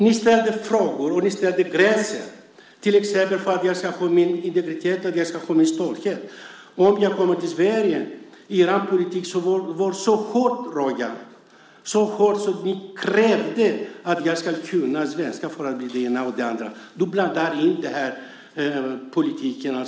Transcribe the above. Ni ställde frågor och satte upp gränser, till exempel för hur man skulle få sin identitet och stolthet. För den som kom till Sverige var er politik så hård, Rojas. Ni krävde att man skulle kunna svenska för att bli det ena och det andra. Det blandade ni in i integrationspolitiken.